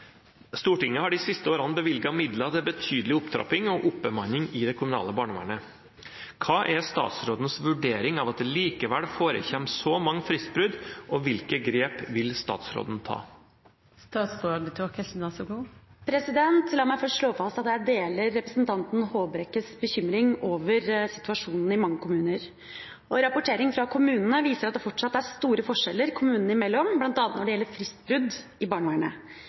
Stortinget har de siste årene bevilget midler til betydelig opptrapping og oppbemanning i det kommunale barnevernet. Hva er statsrådens vurdering av at det likevel forekommer så mange fristbrudd, og hvilke grep vil statsråden ta?» La meg først slå fast at jeg deler representanten Håbrekkes bekymring over situasjonen i mange kommuner. Rapportering fra kommunene viser at det fortsatt er store forskjeller kommunene imellom, bl.a. når det gjelder fristbrudd i barnevernet.